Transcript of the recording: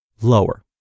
lower